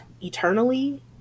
eternally